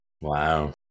Wow